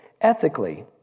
ethically